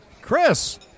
Chris